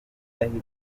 yatanze